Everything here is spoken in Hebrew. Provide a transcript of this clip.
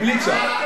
המליצה.